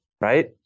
right